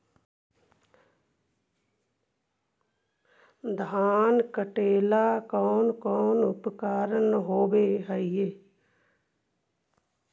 धान काटेला कौन कौन उपकरण होव हइ?